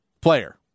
player